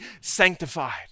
sanctified